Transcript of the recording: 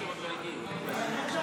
יש שמית.